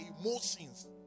emotions